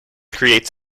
creates